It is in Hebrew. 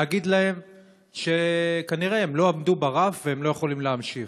להגיד להם שכנראה הם לא עמדו ברף והם לא יכולים להמשיך?